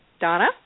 Donna